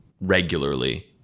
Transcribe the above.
regularly